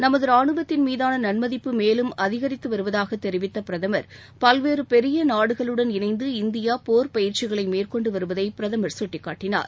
நமது ராணுவத்தின் மீதான நன்மதிப்பு மேலும் அதிகரித்து வருவதாகத் தெரிவித்த பிரதமர் பல்வேறு பெரிய நாடுகளுடன் இணைந்து இந்தியா போர் பயிற்சிகளை மேற்கொண்டு வருவதை பிரதமர் சுட்டிக்காட்டினார்